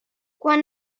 quan